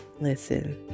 Listen